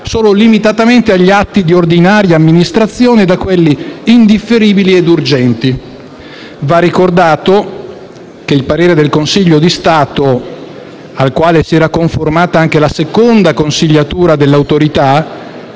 solo limitatamente agli atti di ordinaria amministrazione e a quelli indifferibili e urgenti. Va ricordato che il parere del Consiglio di Stato, al quale si era conformata anche la seconda consiliatura dell'Autorità,